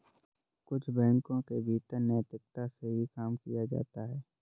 कुछ बैंकों के भीतर नैतिकता से ही काम किया जाता है